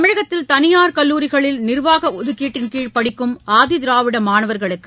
தமிழகத்தில் தனியார் கல்லூரிகளில் நிர்வாக ஒதுக்கீட்டின் கீழ் படிக்கும் ஆதி திராவிட மாணவர்களுக்கு